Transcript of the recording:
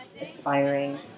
aspiring